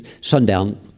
sundown